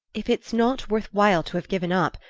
if it's not worth while to have given up,